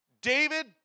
David